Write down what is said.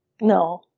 No